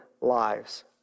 lives